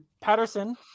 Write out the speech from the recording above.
Patterson